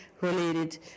related